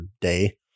day